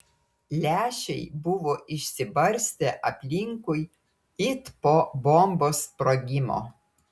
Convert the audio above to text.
lęšiai buvo išsibarstę aplinkui it po bombos sprogimo